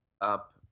up